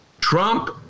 Trump